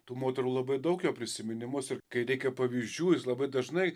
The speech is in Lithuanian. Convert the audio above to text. tų moterų labai daug jo prisiminimuose ir kai reikia pavyzdžių jis labai dažnai